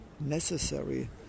necessary